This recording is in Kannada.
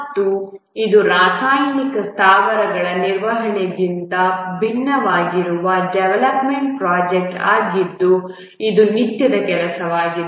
ಮತ್ತು ಇದು ರಾಸಾಯನಿಕ ಸ್ಥಾವರಗಳ ನಿರ್ವಹಣೆಗಿಂತ ಭಿನ್ನವಾಗಿರುವ ಡೆವಲಪ್ಮೆಂಟ್ ಪ್ರೊಜೆಕ್ಟ್ ಆಗಿದ್ದು ಅದು ನಿತ್ಯದ ಕೆಲಸವಾಗಿದೆ